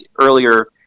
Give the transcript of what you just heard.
earlier